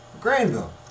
Granville